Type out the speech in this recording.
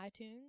iTunes